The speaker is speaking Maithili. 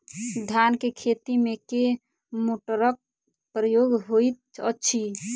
धान केँ खेती मे केँ मोटरक प्रयोग होइत अछि?